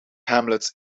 hamlets